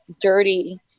dirty